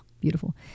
beautiful